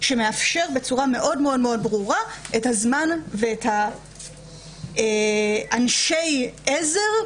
שמאפשר בצורה מאוד ברורה את הזמן ואת אנשי העזר,